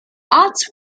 odds